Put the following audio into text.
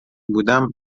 بودم